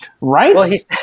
right